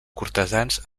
cortesans